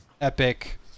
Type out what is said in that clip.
epic